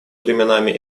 временами